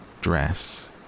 Dress